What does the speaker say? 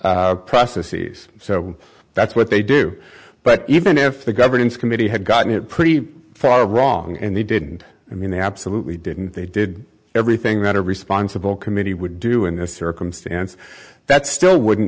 processes so that's what they do but even if the governance committee had gotten it pretty far wrong and they didn't i mean they absolutely didn't they did everything that a responsible committee would do in a circumstance that still wouldn't